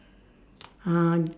uh